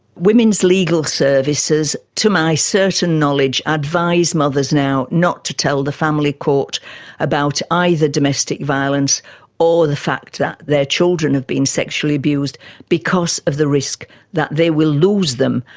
women's legal services, to my certain knowledge, advise mothers now not to tell the family court about either domestic violence or the fact that their children have been sexually abused because of the risk that they will lose them,